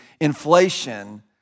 inflation